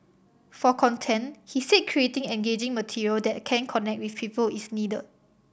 for content he said creating engaging material that can connect with people is needed